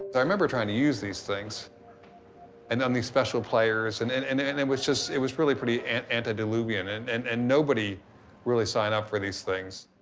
i remember trying to use these things and on these special players and and and it and it was just, it was really pretty and antediluvian and and and nobody really signed up for these things.